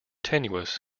tenuous